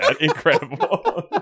Incredible